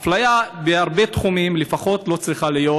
יש אפליה בהרבה תחומים, לפחות לא צריכה להיות